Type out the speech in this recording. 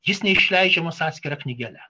jis neišleidžiamas atskira knygele